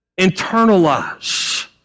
Internalize